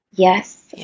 Yes